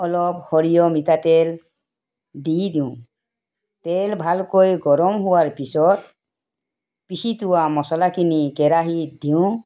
অলপ সৰিয়হ মিঠাতেল দি দিওঁ তেল ভালকৈ গৰম হোৱাৰ পাছত পিছি থোৱা মছলাখিনি কেৰাহীত দিওঁ